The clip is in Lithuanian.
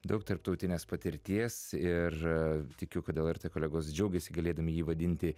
daug tarptautinės patirties ir tikiu kad lrt kolegos džiaugiasi galėdami jį vadinti